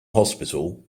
hospital